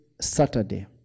Saturday